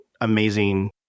amazing